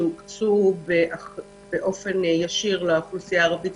שהוקצו ישירות לאוכלוסייה הערבית,